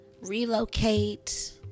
relocate